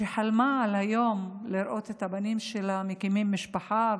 שחלמה על היום שתראה את הבנים שלה מקימים משפחה,